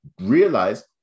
realize